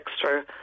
extra